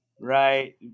right